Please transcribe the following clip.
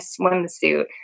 swimsuit